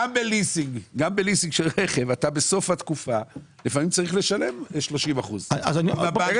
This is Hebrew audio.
גם בליסינג אתה בסוף התקופה לפעמים צריך לשלם 30%. ארז,